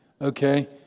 okay